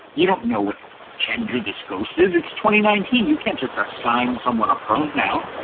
you don't know what gender this gross is it's twenty nineteen. you can't just assign someone a poem now.